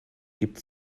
gibt